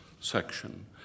section